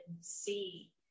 see